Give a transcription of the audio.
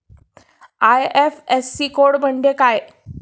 IFSC code म्हणजे काय?